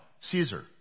Caesar